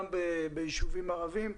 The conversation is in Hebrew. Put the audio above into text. גם בישובים הערביים.